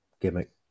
gimmick